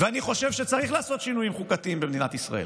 ואני חושב שצריך לעשות שינויים חוקתיים במדינת ישראל,